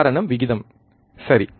காரணம் விகிதம் சரி